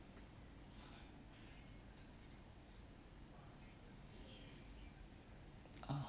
oh